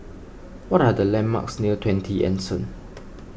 what are the landmarks near twenty Anson